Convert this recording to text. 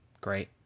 Great